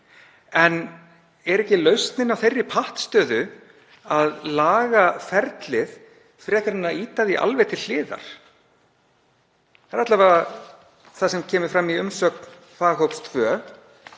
en er ekki lausnin á þeirri pattstöðu að laga ferlið frekar en að ýta því alveg til hliðar? Það er alla vega það sem kemur fram í umsögn faghóps